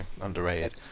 underrated